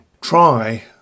try